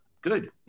good